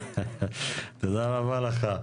תודה רבה לך.